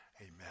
Amen